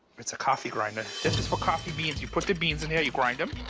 it's a coffee grinder. this is for coffee beans. you put the beans in there. you grind them.